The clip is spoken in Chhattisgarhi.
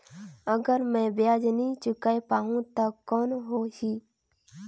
अगर मै ब्याज नी चुकाय पाहुं ता कौन हो ही?